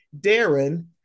Darren